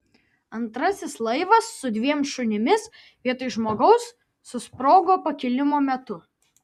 antrasis laivas su dviem šunimis vietoj žmogaus susprogo pakilimo metu